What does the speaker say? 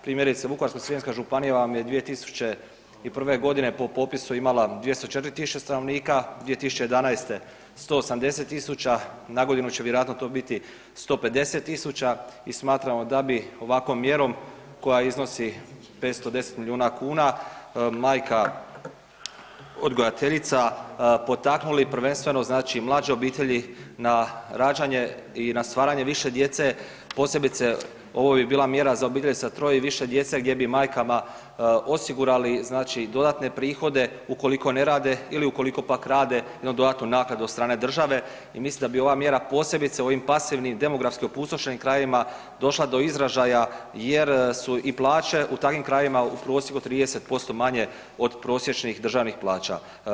Primjerice Vukovarsko-srijemska županija vam je 2001.g. po popisu imala 204.000 stanovnika, 2011. 180.000, nagodinu će vjerojatno to biti 150.000 i smatramo da bi ovakvom mjerom koja iznosi 510 milijuna kuna, majka odgajateljica potaknuli prvenstveno znači mlađe obitelji na rađanje i na stvaranje više djece, posebice ovo bi bila mjera za obitelji sa 3-oje i više djece gdje bi majkama osigurali znači dodatne prihode ukoliko ne rade ili ukoliko pak rade jednu dodatnu naknadu od strane države i mislim da bi ova mjera posebice u ovim pasivnim, demografski opustošenim krajevima, došla do izražaja jer su i plaće u takvim krajevima u prosjeku 30% manje od prosječnih državnih plaća.